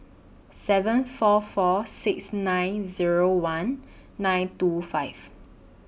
seven four four six nine Zero one nine two five